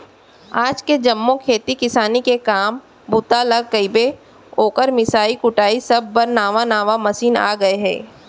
आज के जम्मो खेती किसानी के काम बूता ल कइबे, ओकर मिंसाई कुटई सब बर नावा नावा मसीन आ गए हे